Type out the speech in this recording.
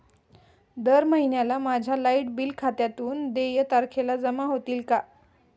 दर महिन्याला माझ्या लाइट बिल खात्यातून देय तारखेला जमा होतील का?